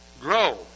Grow